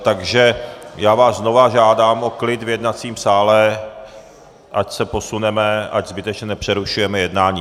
Takže já vás znova žádám o klid v jednacím sále, ať se posuneme, ať zbytečně nepřerušujeme jednání.